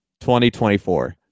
2024